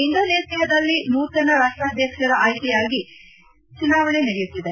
ಇಂಡೋನೇಸಿಯಾದಲ್ಲಿ ನೂತನ ರಾಷ್ಪಾಡ್ಕಕ್ಷರ ಆಯ್ಲೆಯಾಗಿ ಚುನಾವಣೆ ನಡೆಯುತ್ತಿದೆ